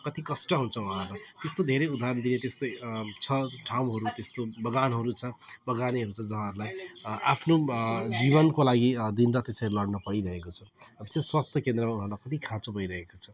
कति कष्ट हुन्छ उहाँहरूलाई त्यस्तो धेरै उदाहरण देखेँ त्यस्तो छ ठाउँहरू त्यस्तो बगानहरू छ बगानेहरू छ जहाँहरूलाई आफ्नो जीवनको लागि दिन रात यसरी लड्नु परिरहेको छ र विशेष स्वास्थ्य केन्द्रमा उहाँलाई कति खाँचो भइरहेको छ